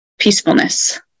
peacefulness